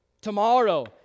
Tomorrow